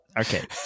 Okay